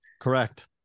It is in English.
Correct